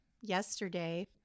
yesterday